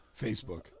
Facebook